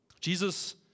Jesus